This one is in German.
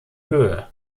höhe